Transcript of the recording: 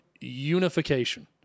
unification